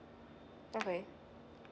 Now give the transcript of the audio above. okay